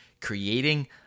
creating